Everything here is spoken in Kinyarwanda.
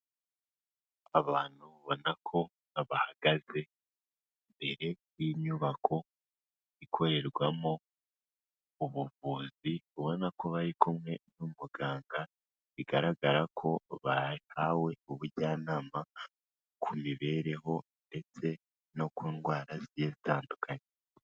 Abantu ubona ko bahagaze imbere y'inyubako ikorerwamo ubuvuzi. Ubona ko bari kumwe n'umuganga, bigaragara ko bahawe ubujyanama ku mibereho ndetse no ku ndwara zigiye zitandukanye.